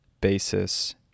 basis